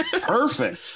Perfect